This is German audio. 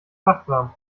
wachsam